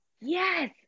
Yes